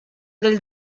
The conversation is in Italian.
del